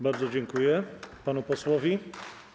Bardzo dziękuję panu posłowi.